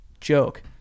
joke